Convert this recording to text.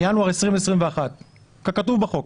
מינואר 2021, ככתוב בחוק.